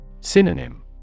Synonym